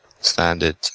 standard